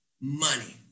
money